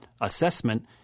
assessment